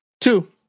Two